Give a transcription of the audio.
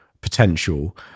potential